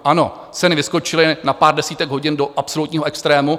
Ano, ceny vyskočily na pár desítek hodin do absolutního extrému.